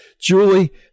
julie